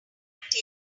take